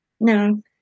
no